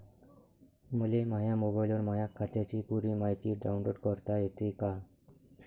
मले माह्या मोबाईलवर माह्या खात्याची पुरी मायती डाऊनलोड करता येते का?